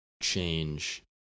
change